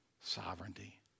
sovereignty